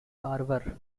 carver